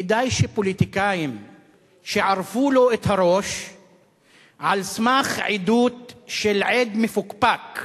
כדאי שפוליטיקאים שערפו לו את הראש על סמך עדות של עד מפוקפק,